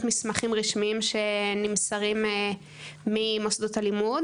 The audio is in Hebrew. מסמכים רשמיים שנמסרים ממוסדות הלימוד,